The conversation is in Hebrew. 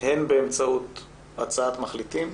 הן באמצעות הצעת מחליטים,